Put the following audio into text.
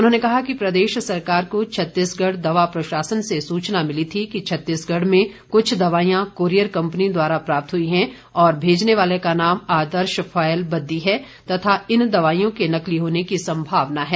उन्होंने कहा कि प्रदेश सरकार को छत्तीसगढ़ दवा प्रशासन से सूचना मिली थी कि छत्तीसगढ़ में कुछ दवाइयां कोरियर कंपनी द्वारा प्राप्त हुई है और भेजने वाले का नाम आदर्श फॉयल बद्दी है तथा इन दवाइयों के नकली होने की संभावना है